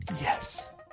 Yes